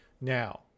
now